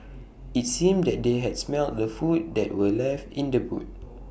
IT seemed that they had smelt the food that were left in the boot